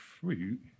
fruit